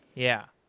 yeah.